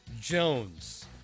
Jones